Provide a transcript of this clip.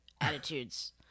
attitudes